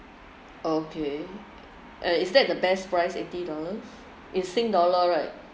okay uh is that the best price eighty dollars in sing dollar right